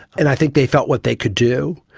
and i think they felt what they could do,